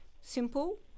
simple